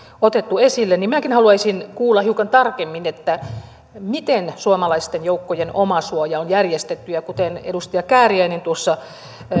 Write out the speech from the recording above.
otettu esille niin minäkin haluaisin kuulla hiukan tarkemmin miten suomalaisten joukkojen omasuoja on järjestetty ja kuten edustaja kääriäinen tuossa